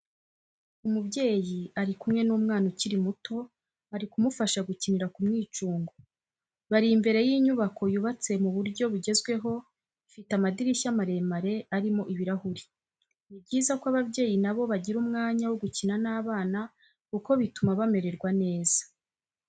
Umubyeyi ari kumwe n'umwana ukiri muto ari kumufasha gukinira ku mwicungo, bari imbere y'inyubako yubatse mu buryo bugezweho ifite amadirishya maremare arimo ibirahuri. Ni byiza ko ababyeyi na bo bagira umwanya wo gukina n'abana kuko bituma bamererwa neza.